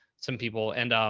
some people. and,